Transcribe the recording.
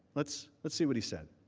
let's let's see what he said.